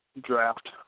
draft